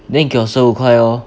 then 你给我十五块 lor